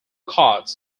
cards